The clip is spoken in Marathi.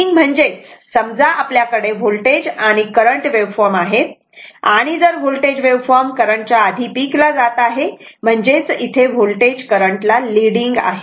तेव्हा लीडिंग म्हणजेच समजा आपल्याकडे व्होल्टेज आणि करंट वेव्हफॉर्म आहेत आणि जर व्होल्टेज वेव्हफॉर्म करंटच्या आधी पीक ला जात आहे म्हणजेच इथे व्होल्टेज करंटला लीडिंग आहे